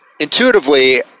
intuitively